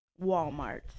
Walmart